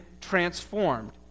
transformed